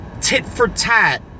tit-for-tat